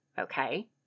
okay